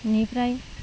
इनिफ्राय